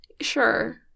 Sure